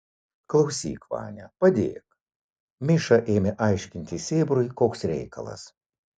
klausyk vania padėk miša ėmė aiškinti sėbrui koks reikalas